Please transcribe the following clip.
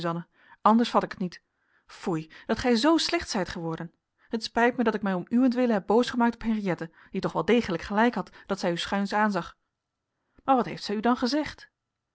anders vat ik het niet foei dat gij zoo slecht zijt geworden het spijt mij dat ik mij om uwentwille heb boos gemaakt op henriëtte die toch wel degelijk gelijk had dat zij u schuins aanzag maar wat heeft zij u dan gezegd